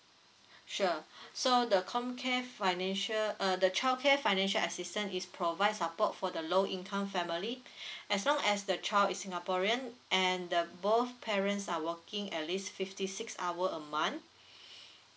sure so the COMCARE financial uh the childcare financial assistance is provide support for the low income family as long as the child is singaporean and the both parents are working at least fifty six hour a month